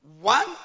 One